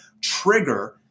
trigger